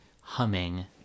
humming